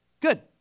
good